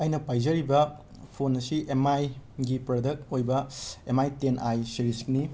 ꯑꯩꯅ ꯄꯥꯏꯖꯔꯤꯕ ꯐꯣꯟ ꯑꯁꯤ ꯑꯦꯃꯏꯒꯤ ꯄ꯭ꯔꯗꯛ ꯑꯣꯏꯕ ꯑꯦꯃꯥꯏ ꯇꯦꯟ ꯑꯥꯏ ꯁꯤꯔꯤꯁꯅꯤ